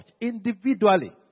individually